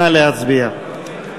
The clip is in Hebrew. נא להצביע.